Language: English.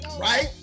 right